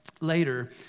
later